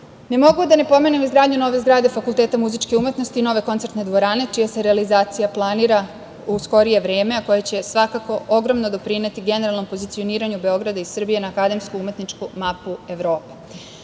mogu a da ne pomenem izgradnju nove zgrade Fakulteta muzičke umetnosti i nove koncertne dvorane čija se realizacija planira u skorije vreme, a koja će svakako ogromno doprineti generalnom pozicioniranju Beograda i Srbije na akademsku umetničku mapu Evrope. Kao